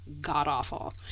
god-awful